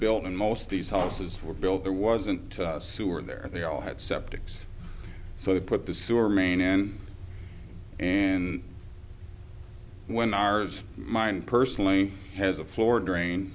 built and most of these houses were built there wasn't a sewer there they all had sceptics so they put the sewer main in and when ours mine personally has a floor drain